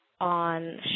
on